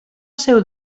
seu